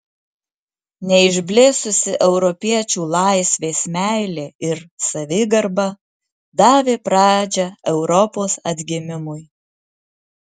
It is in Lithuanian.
neišblėsusi europiečių laisvės meilė ir savigarba davė pradžią europos atgimimui